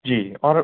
जी और